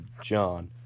John